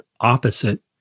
opposite